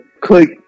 click